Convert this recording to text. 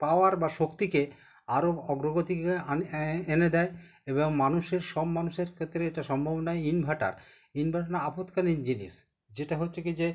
পাওয়ার বা শক্তিকে আরো অগ্রগতিকে আনে এনে দেয় এবং মানুষের সব মানুষের ক্ষেত্রে এটা সম্ভবও নয় ইনভারটার ইনভারটার আপদকালীন জিনিস যেটা হচ্ছে কি যে